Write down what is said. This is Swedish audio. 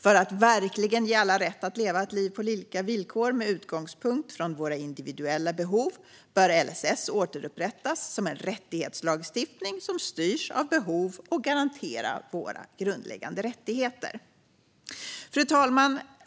För att verkligen ge alla rätt att leva ett liv på lika villkor med utgångspunkt från våra individuella behov bör LSS återupprättas som en rättighetslagstiftning som styrs av behov och garanterar våra grundläggande rättigheter. Fru talman!